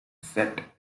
set